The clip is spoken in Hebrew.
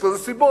יש לזה סיבות,